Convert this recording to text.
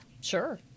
sure